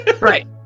right